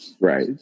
Right